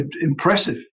impressive